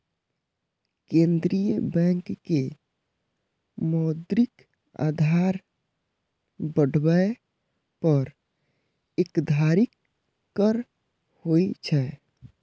केंद्रीय बैंक के मौद्रिक आधार बढ़ाबै पर एकाधिकार होइ छै